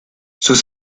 sus